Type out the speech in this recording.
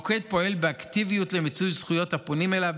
המוקד פועל באקטיביות למיצוי זכויות הפונים אליו,